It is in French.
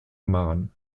marne